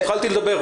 התחלתי לדבר,